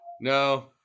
No